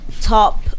Top